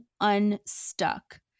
unstuck